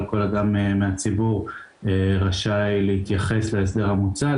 כל אדם מהציבור רשאי להתייחס להסדר המוצע,